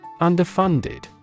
Underfunded